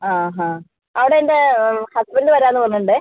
ആ ഹാ അവിടെ എൻ്റെ ഹസ്ബൻഡ് വരാമെന്ന് പറഞ്ഞിട്ടുണ്ടേ